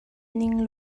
ning